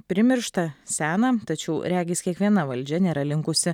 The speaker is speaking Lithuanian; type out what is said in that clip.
primiršta sena tačiau regis kiekviena valdžia nėra linkusi